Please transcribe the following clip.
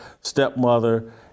stepmother